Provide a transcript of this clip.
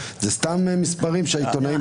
אלה סתם מספרים שהעיתונאים כותבים?